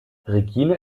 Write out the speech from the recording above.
regine